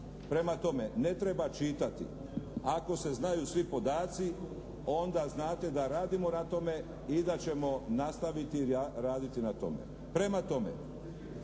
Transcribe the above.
Prema tome ne treba čitati, ako se znaju svi podaci onda znate da radimo na tome i da ćemo nastaviti raditi na tome. Prema tome